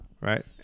right